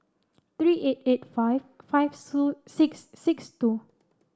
three eight eight five five through six six two